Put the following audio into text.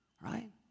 right